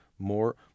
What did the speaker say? More